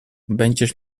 będziesz